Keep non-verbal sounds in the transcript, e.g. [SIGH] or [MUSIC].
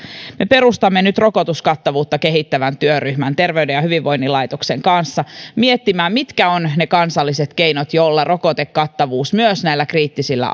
me perustamme nyt rokotuskattavuutta kehittävän työryhmän terveyden ja hyvinvoinnin laitoksen kanssa miettimään mitkä ovat ne kansalliset keinot joilla rokotekattavuus myös näillä kriittisillä [UNINTELLIGIBLE]